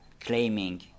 claiming